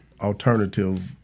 alternative